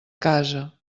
casa